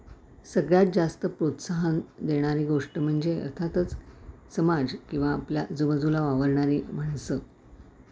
सगळ्यात जास्त प्रोत्साहन देणारी गोष्ट म्हणजे अर्थातच समाज किंवा आपल्या आजुबाजूला वावरणारी माणसं